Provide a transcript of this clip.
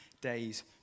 days